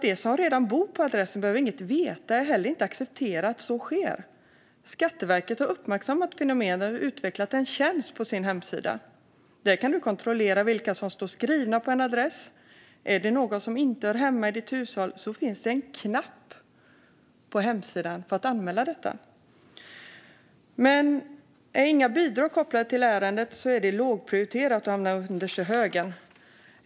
De som redan bor på adressen behöver nämligen inget veta och heller inte acceptera att så sker. Skatteverket har uppmärksammat fenomenet och har på sin hemsida utvecklat en tjänst där man kan kontrollera vilka som står skrivna på en adress. Är det någon som inte hör hemma i hushållet finns det en knapp på hemsidan där man kan anmäla detta. Men om inga bidrag är kopplade till ärendet är det lågprioriterat och hamnar underst i högen.